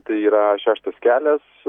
tai yra šeštas kelias